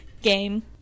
game